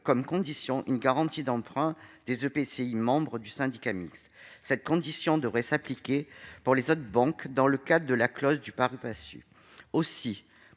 comme condition une garantie d'emprunt des EPCI membres du syndicat mixte. Cette condition devrait s'appliquer pour les autres banques dans le cadre de la clause du. Pouvez-vous